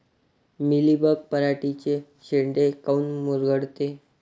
Mealybug पराटीचे चे शेंडे काऊन मुरगळते?